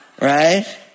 right